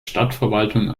stadtverwaltung